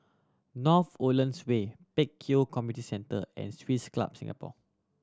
North Woodlands Way Pek Kio Community Centre and Swiss Club Singapore